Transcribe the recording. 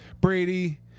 brady